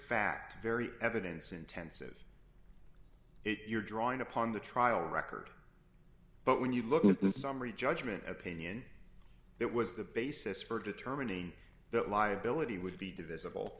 fact very evidence intensive it you're drawing upon the trial record but when you look at the summary judgment opinion that was the basis for determining that liability would be divisible